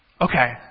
Okay